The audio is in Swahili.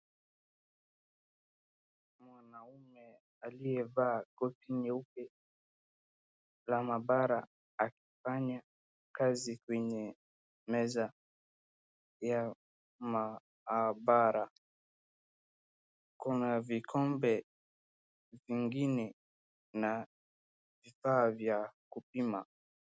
Mwanaume aliyevaa koti nyeupe la maabara akifanya kazi kwenye meza ya maabara. Kuna vikombe vingine na vifaa vya kupima.